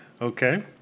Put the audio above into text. Okay